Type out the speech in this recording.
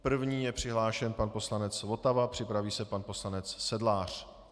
První je přihlášen pan poslanec Votava, připraví se pan poslanec Sedlář.